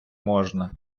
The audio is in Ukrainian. можна